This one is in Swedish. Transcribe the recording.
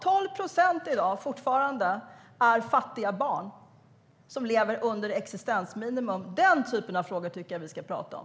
Det är i dag fortfarande 12 procent fattiga barn som lever under existensminimum. Den typer av frågor tycker jag att vi ska prata om.